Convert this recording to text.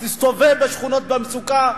תסתובב בשכונות במצוקה,